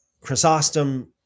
Chrysostom